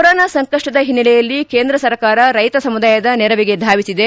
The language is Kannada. ಕೊರೊನಾ ಸಂಕಷ್ನದ ಹಿನ್ನೆಲೆಯಲ್ಲಿ ಕೇಂದ್ರ ಸರ್ಕಾರ ರೈತ ಸಮುದಾಯದ ನೆರವಿಗೆ ಧಾವಿಸಿದೆ